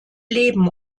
leben